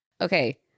Okay